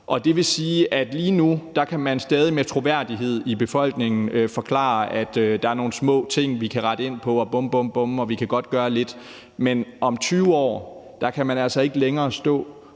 Det vil sige, at man lige nu stadig væk med troværdighed i befolkningen kan forklare, at der er nogle små ting, man kan rette på, og at man godt kan gøre lidt, men om 20 år kan man altså ikke længere stå